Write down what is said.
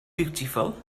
beautiful